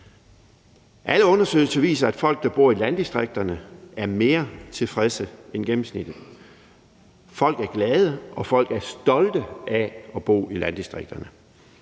Alle undersøgelser viser, at folk, der bor i landdistrikterne, er mere tilfredse end gennemsnittet. Folk er glade, og folk er stolte af at bo i landdistrikterne.